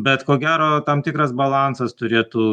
bet ko gero tam tikras balansas turėtų